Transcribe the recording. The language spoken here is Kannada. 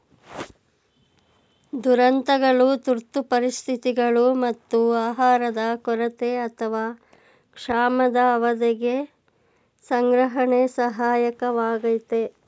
ದುರಂತಗಳು ತುರ್ತು ಪರಿಸ್ಥಿತಿಗಳು ಮತ್ತು ಆಹಾರದ ಕೊರತೆ ಅಥವಾ ಕ್ಷಾಮದ ಅವಧಿಗೆ ಸಂಗ್ರಹಣೆ ಸಹಾಯಕವಾಗಯ್ತೆ